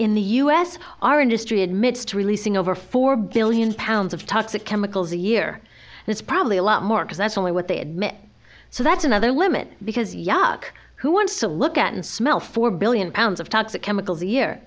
in the us our industry admits to releasing over four billion pounds of toxic chemicals a year and it's probably a lot more because that's only what they admit so that's another limit because yuck who wants to look at and smell four billion pounds of toxic chemicals